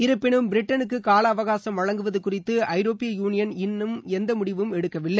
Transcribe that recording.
இருப்பினும் பிரிட்டனுக்குகாலஅவகாசம் வழங்குவதுகுறித்துஐரோப்பிய யூளியள் இன்னும் எந்தமுடிவும் எடுக்கவில்லை